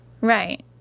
Right